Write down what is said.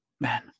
Man